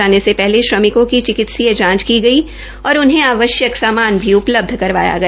जाने से पहले श्रमिकों की चिकित्सीय जांच की गई और उन्हें आवश्यक सामान भी उपलब्ध करवाया गया